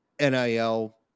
NIL